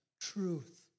Truth